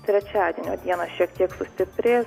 trečiadienio dieną šiek tiek sustiprės